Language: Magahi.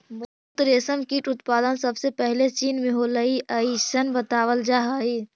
शहतूत रेशम कीट उत्पादन सबसे पहले चीन में होलइ अइसन बतावल जा हई